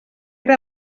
era